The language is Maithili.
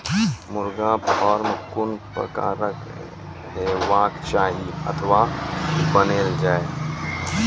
मुर्गा फार्म कून प्रकारक हेवाक चाही अथवा बनेल जाये?